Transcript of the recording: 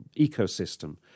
ecosystem